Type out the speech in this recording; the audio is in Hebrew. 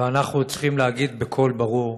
ואנחנו צריכים להגיד בקול ברור: